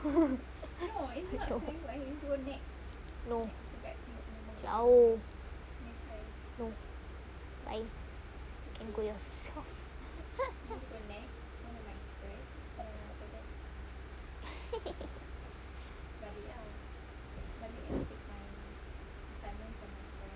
um no jauh bye you can go yourself